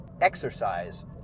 exercise